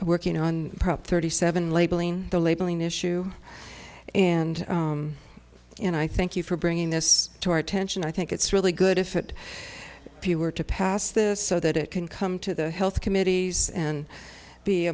working on prop thirty seven labeling the labeling issue and and i thank you for bringing this to our attention i think it's really good if it were to pass this so that it can come to the health committees and be